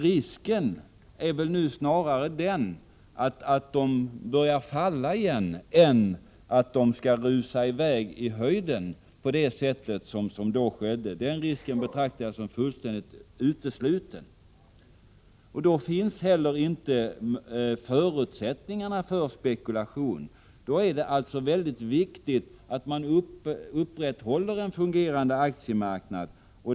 Risken är väl snarare den att de börjar falla igen än att de skall rusa i höjden på det sätt som de gjorde för några år sedan. Den utvecklingen betraktar jag såsom fullständigt utesluten. Då finns inte heller förutsättningar för spekulation. Det är emellertid väldigt viktigt att man upprätthåller en fungerande aktiemarknad.